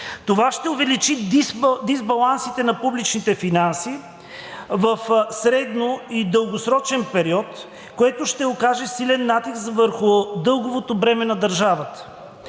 Това ще увеличи дисбалансите на публичните финанси в средно- и дългосрочен период, което ще окаже силен натиск върху дълговото бреме на държавата.